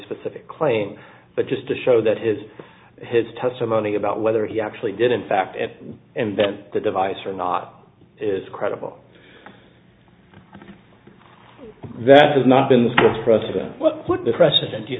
specific claim but just to show that his his testimony about whether he actually did in fact at and then the device or not is credible that has not been